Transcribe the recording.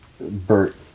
Bert